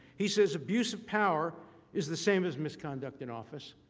he says abuse of power is the same as misconduct in office.